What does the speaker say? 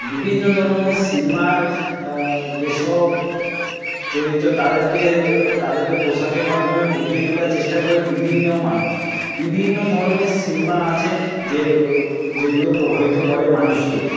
বিভিন্ন ধরনের সিনেমার যে সব চরিত্র তাদেরকে তাদেরকে পোশাকের মাধ্যমে ফুটিয়ে তোলার চেষ্টা করে বিভিন্ন মানুষ বিভিন্ন ধরনের সিনেমা আছে যে যেগুলো প্রভাবিত করে মানুষকে